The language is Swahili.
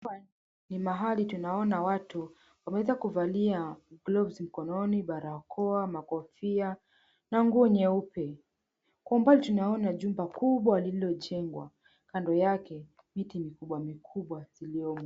Hapa ni mahali tunaona watu wameweza kuvalia gloves mkononi, barakoa, makofia na nguo nyeupe. Kwa umbali tunaona jumba kubwa lililojengwa, kando yake miti mikubwa mikubwa ziliomo.